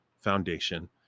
foundation